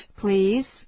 please